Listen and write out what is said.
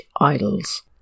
idols